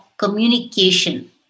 communication